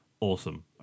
awesome